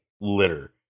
litter